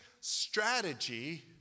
strategy